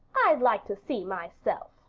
i'd like to see myself,